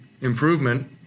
improvement